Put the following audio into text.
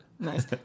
Nice